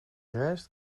reist